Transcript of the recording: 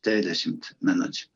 trisdešimt minučių